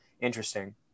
interesting